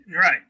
right